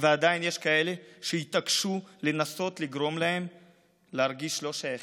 ועדיין יש כאלה שהתעקשו לנסות לגרום להם להרגיש לא שייכים.